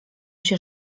się